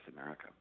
America